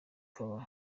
bikaba